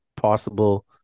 possible